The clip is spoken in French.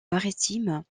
maritime